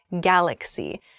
galaxy